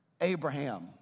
Abraham